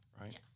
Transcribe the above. right